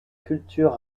culture